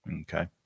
Okay